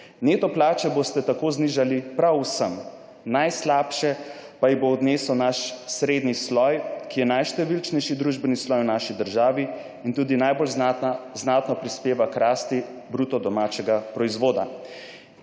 (ŠZ) – 16.45** (nadaljevanje) Najslabše pa jih bo odnesel naš srednji sloj, ki je najštevilčnejši družbeni sloj v naši državi in tudi najbolj znatno prispeva k rasti bruto domačega proizvoda.